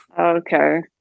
Okay